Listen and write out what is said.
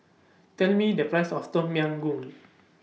Tell Me The Price of Tom Yam Goong